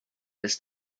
this